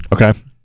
Okay